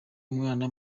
umwana